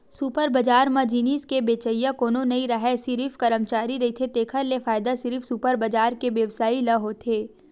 super बजार म जिनिस के बेचइया कोनो नइ राहय सिरिफ करमचारी रहिथे तेखर ले फायदा सिरिफ सुपर बजार के बेवसायी ल होथे